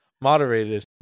moderated